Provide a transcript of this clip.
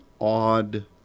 odd